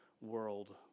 world